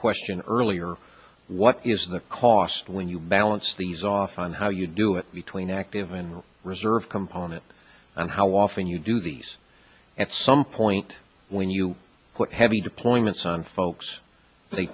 question earlier what is the cost when you balance these off on how you do it between active and reserve component and how often you do these at some point when you put heavy deployments on folks they